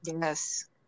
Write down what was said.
Yes